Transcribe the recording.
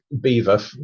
beaver